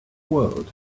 world